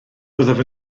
byddaf